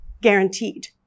guaranteed